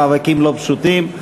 מאבקים לא פשוטים,